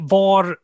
var